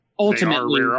Ultimately